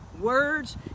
Words